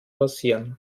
rasieren